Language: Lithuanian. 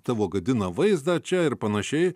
tavo gadina vaizdą čia ir panašiai